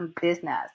business